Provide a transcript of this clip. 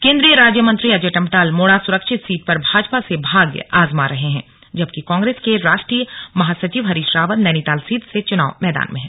केंद्रीय राज्य मंत्री अजय टम्टा अल्मोड़ा सुरक्षित सीट पर भाजपा से भाग्य आजमा रहे हैं जबकि कांग्रेस के राष्ट्रीय महासचिव हरीश रावत नैनीताल सीट से चुनाव मैदान में हैं